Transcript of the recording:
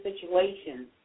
situations